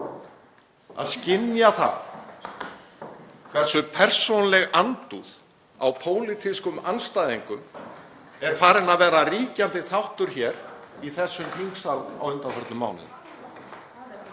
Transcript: að skynja það hversu persónuleg andúð á pólitískum andstæðingum er farin að vera ríkjandi þáttur í þessum þingsal á undanförnum mánuðum.